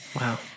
Wow